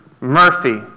Murphy